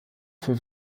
für